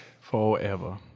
Forever